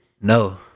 No